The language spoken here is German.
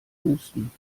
husten